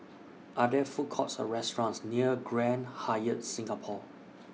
Are There Food Courts Or restaurants near Grand Hyatt Singapore